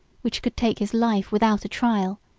which could take his life without a trial,